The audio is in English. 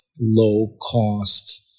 low-cost